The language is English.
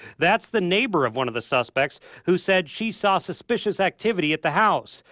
that's the neighbor of one of the suspects who said she saw suspicious activity at the house.